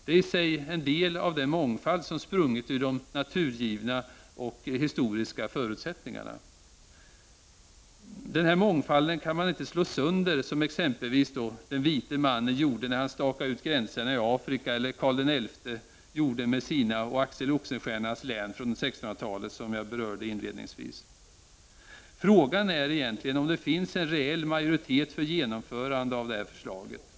Det är i sig en del av den mångfald som sprungit ur de naturgivna och historiska förutsättningarna. Denna mångfald kan man inte slå sönder som exempelvis den vite mannen gjorde när han stakade ut gränserna i Afrika eller Karl XI gjorde med sina och Axel Oxenstiernas län från 1600-talet, som jag berörde inledningsvis. Frågan är om det finns en reell majoritet för genomförandet av det här förslaget.